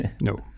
No